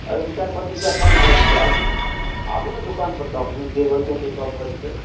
आब दू चारि पाँच रुपआ कम भऽ जेतै आओर की आबू ने दोकान पर तब अपने जे होइ कऽ होयतै सभ भऽ जेतै